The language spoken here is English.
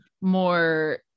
more